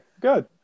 good